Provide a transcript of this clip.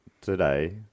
today